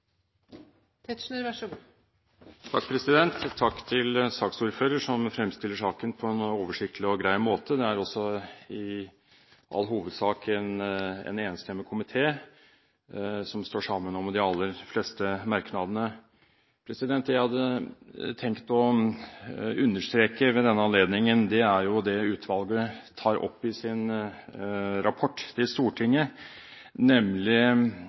i all hovedsak en enstemmig komité som står sammen om de aller fleste merknadene. Det jeg hadde tenkt å understreke ved denne anledningen, er det utvalget tar opp i sin rapport til Stortinget, nemlig